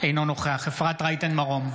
אינו נוכח אפרת רייטן מרום,